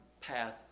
path